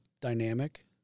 dynamic